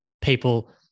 people